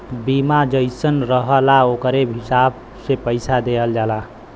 बीमा जइसन रहला ओकरे हिसाब से पइसा देवल जाला